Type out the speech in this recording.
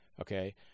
okay